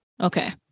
Okay